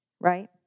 right